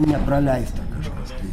nepraleista kažkas tai